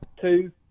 two